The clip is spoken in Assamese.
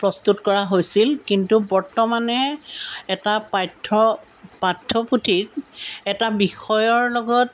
প্ৰস্তুত কৰা হৈছিল কিন্তু বৰ্তমানে এটা পাঠ্য পাঠ্যপুথি এটা বিষয়ৰ লগত